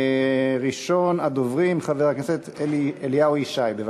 ראשון הדוברים, חבר הכנסת אליהו ישי, בבקשה.